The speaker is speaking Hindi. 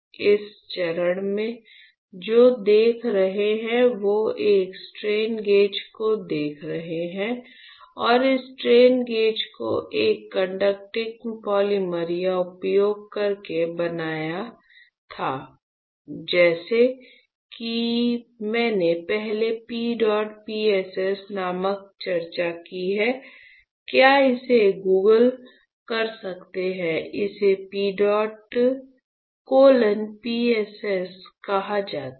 इस चरण में जो देख रहे हैं वे एक स्ट्रेन गेज को देख रहे हैं और इस स्ट्रेन गेज को एक कंडक्टिंग पॉलीमर का उपयोग करके बनाना था जैसे कि मैंने पहले P डॉट PSS नामक चर्चा की है क्या इसे गूगल कर सकते हैं इसे PEDOT कोलन PSS कहा जाता है